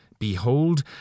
Behold